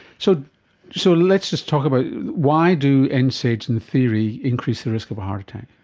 so so let's just talk about why do and nsaids, in theory, increase the risk of a heart attack?